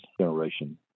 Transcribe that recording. generation